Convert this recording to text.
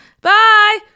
bye